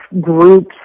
groups